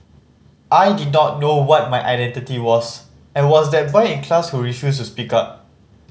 I did not know what my identity was and was that boy in class who refused to speak up